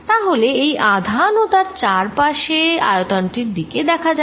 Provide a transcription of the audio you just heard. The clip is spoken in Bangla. তাহলে এই আধান ও তার চার পাসে আয়তন টির দিকে দেখা যাক